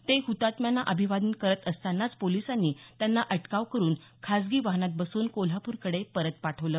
ते हुतात्म्यांना अभिवादन करत असतानाच पोलीसांनी त्यांना अटकाव करून खासगी वाहनात बसवून कोल्हापूरकडे परत पाठवलं